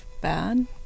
bad